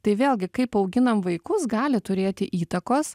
tai vėlgi kaip auginam vaikus gali turėti įtakos